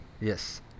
Yes